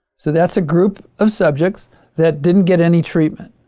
so that's a group of subjects that didn't get any treatment.